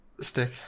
stick